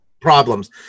problems